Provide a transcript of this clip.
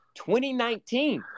2019